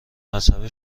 مذهب